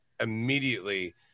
immediately